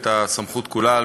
את הסמכות כולה,